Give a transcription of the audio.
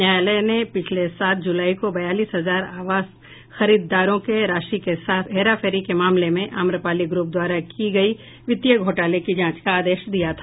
न्यायालय ने पिछले सात जुलाई को बयालीस हजार आवास खरीददारों के राशि के साथ हेराफेरी के मामले में अम्रपाली ग्रूप द्वारा की गयी वित्तीय घोटाले की जांच का आदेश दिया था